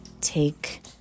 take